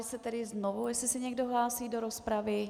Táži se tedy znovu, jestli se někdo hlásí do rozpravy.